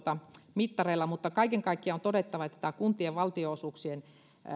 mittareilla kaiken kaikkiaan on todettava että kuntien valtionosuuksien